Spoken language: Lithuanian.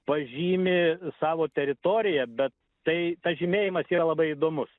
pažymi savo teritoriją bet tai tas žymėjimas yra labai įdomus